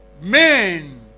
men